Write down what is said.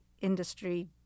industry